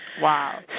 Wow